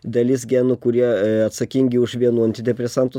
dalis genų kurie atsakingi už vienų antidepresantų